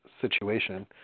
situation